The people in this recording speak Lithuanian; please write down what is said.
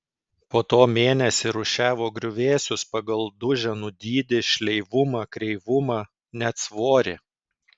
po to mėnesį rūšiavo griuvėsius pagal duženų dydį šleivumą kreivumą net svorį